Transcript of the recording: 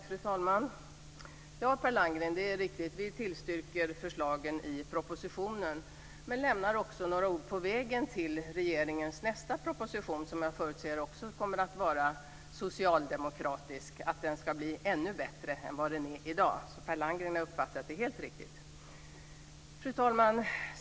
Fru talman! Det är riktigt, Per Landgren, att vi tillstyrker förslagen i propositionen, men vi lämnar också några ord på vägen fram mot regeringens nästa proposition, som jag förutsätter också kommer att vara socialdemokratisk och bli ännu bättre än dagens. Per Landgren har uppfattat detta helt riktigt. Fru talman!